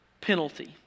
penalty